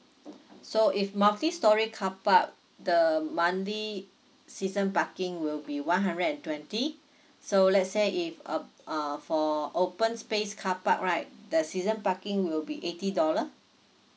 so if multi storey carpark the monthly season parking will be one hundred and twenty so let's say if uh uh for open space carpark right the season parking will be eighty dollar